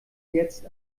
jetzt